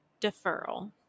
Deferral